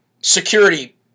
security